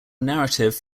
narrative